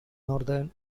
italy